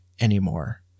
anymore